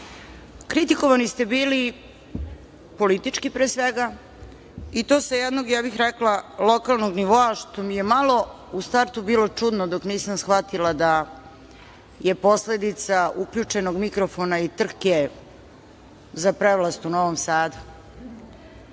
Kritikovani ste bili, politički pre svega, i to sa jednog, ja bih rekla, lokalnog nivoa, što mi je malo u startu bilo čudno, dok nisam shvatila da je posledica uključenog mikrofona i trke za prevlast u Novom Sadu.